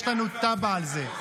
יש לנו תב"ע על זה.